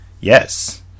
Yes